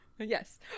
Yes